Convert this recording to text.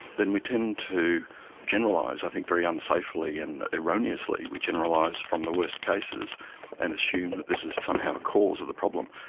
then we tend to generalise i think very unsafely and erroneously, we generalise from the worst cases and assume that this is somehow the cause of the problem.